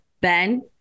Ben